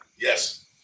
Yes